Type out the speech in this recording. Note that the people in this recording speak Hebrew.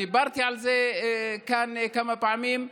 דיברתי על זה כאן כמה פעמים,